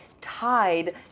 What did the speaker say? tied